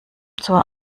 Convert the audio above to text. zur